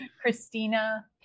Christina